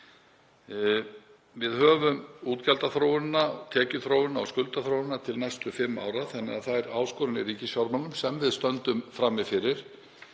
Við höfum útgjaldaþróunina, tekjuþróunina og skuldaþróunina til næstu fimm ára þannig að þær áskoranir í ríkisfjármálum sem við stöndum frammi fyrir